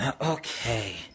Okay